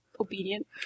obedient